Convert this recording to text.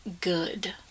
good